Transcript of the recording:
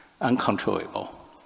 uncontrollable